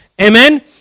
Amen